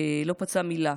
לא הוציא מילה,